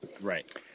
right